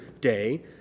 day